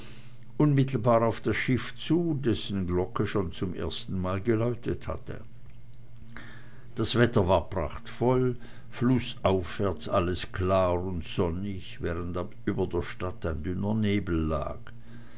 unmittelbar auf das schiff zu dessen glocke schon zum erstenmal geläutet hatte das wetter war prachtvoll flußaufwärts alles klar und sonnig während über der stadt ein dünner nebel lag